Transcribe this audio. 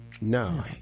no